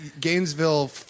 Gainesville –